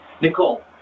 Nicole